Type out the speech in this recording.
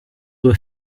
were